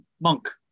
monk